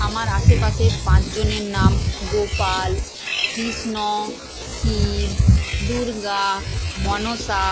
আমার আশেপাশের পাঁচজনের নাম গোপাল কৃষ্ণ শিব দুর্গা মনসা